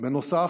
בנוסף,